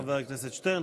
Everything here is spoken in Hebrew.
תודה רבה לחבר הכנסת שטרן.